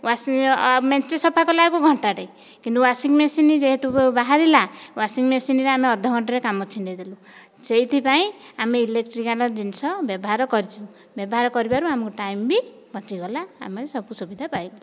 washing ମେଞ୍ଚାଏ ସଫାକଲାବେଳକୁ ଘଣ୍ଟାଟିଏ କିନ୍ତୁ ୱାଶିଂମେସିନ୍ ଯେହେତୁ ବାହାରିଲା ୱାଶିଂମେସିନ୍ରେ ଆମେ ଅଧ ଘଣ୍ଟାଏରେ କାମ ଛିଣ୍ଡେଇଦେଲୁ ସେଇଥିପାଇଁ ଆମେ ଇଲେକଟ୍ରିକାଲ ଜିନିଷ ବ୍ୟବହାର କରିଛୁ ବ୍ୟବହାର କରିବାରୁ ଆମ ଟାଇମ୍ ବି ବଞ୍ଚିଗଲା ଆମେ ସବୁ ସୁବିଧା ପାଇଗଲୁ